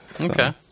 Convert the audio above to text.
Okay